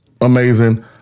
Amazing